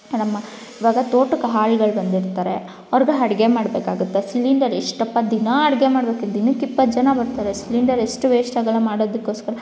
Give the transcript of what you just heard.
ನಮ್ಮ ಇವಾಗ ತೋಟಕ್ಕೆ ಆಳ್ಗಳು ಬಂದಿರ್ತಾರೆ ಅವ್ರಿಗೆ ಅಡ್ಗೆ ಮಾಡಬೇಕಾಗುತ್ತೆ ಸಿಲಿಂಡರ್ ಎಷ್ಟಪ್ಪ ದಿನ ಅಡುಗೆ ಮಾಡಬೇಕು ದಿನಕ್ಕೆ ಇಪ್ಪತ್ತು ಜನ ಬರ್ತಾರೆ ಸಿಲಿಂಡರ್ ಎಷ್ಟು ವೇಸ್ಟಾಗೊಲ್ಲ ಮಾಡೋದಕ್ಕೋಸ್ಕರ